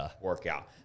workout